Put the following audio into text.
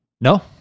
No